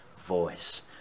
voice